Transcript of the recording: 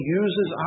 uses